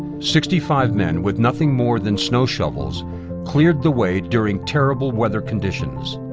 sixty five men with nothing more than snow shovels cleared the way during terrible weather conditions.